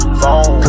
phone